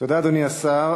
תודה, אדוני השר.